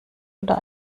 oder